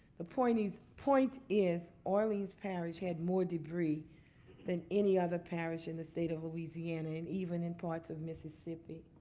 the point is point is orleans parish had more debris than any other parish in the state of louisiana and even in parts of mississippi.